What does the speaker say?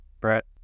Brett